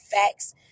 facts